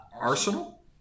Arsenal